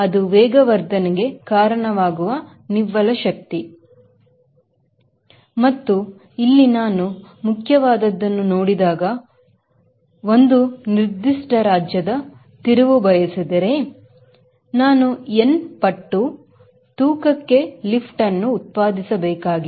ಅದು ವೇಗವರ್ಧನೆಗೆ ಕಾರಣವಾಗುವ ನಿವಲ ಶಕ್ತಿ ಮತ್ತು ಇಲ್ಲಿ ನಾನು ಮುಖ್ಯವಾದದ್ದನ್ನು ನೋಡಿದಾಗ ನಾನು ಒಂದು ನಿರ್ದಿಷ್ಟ ರಾಜ್ಯದ ತಿರುವು ಬಯಸಿದರೆ ನಾನು n ಪಟ್ಟು ತೂಕದ ಲಿಫ್ಟ್ ಅನ್ನು ಉತ್ಪಾದಿಸಬೇಕಾಗಿದೆ